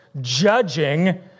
judging